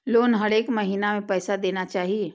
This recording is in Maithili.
लोन हरेक महीना में पैसा देना चाहि?